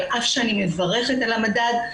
על אף שאני מברכת על המדד,